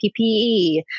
PPE